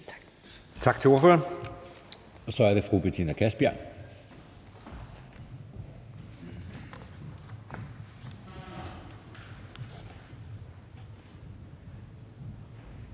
Tak til ordføreren. Så er det fru Betina Kastbjerg. Kl.